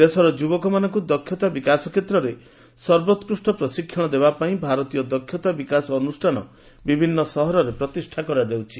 ଦେଶର ଯୁବକମାନଙ୍କୁ ଦକ୍ଷତା ବିକାଶ କ୍ଷେତ୍ରରେ ସର୍ବୋକୁଷ୍ଟ ପ୍ରଶିକ୍ଷଣ ଦେବାପାଇଁ ଭାରତୀୟ ଦକ୍ଷତା ବିକାଶ ଅନ୍ଦଷ୍ଠାନ ବିଭିନ୍ନ ସହରରେ ପ୍ରତିଷ୍ଠା କରାଯାଉଛି